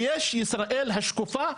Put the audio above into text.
ויש ישראל השקופה,